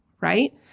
right